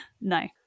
No